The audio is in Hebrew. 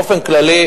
באופן כללי,